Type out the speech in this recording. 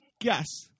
guess